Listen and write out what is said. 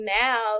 now